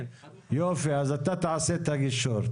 יופי, אז אתה תעשה את הגישור.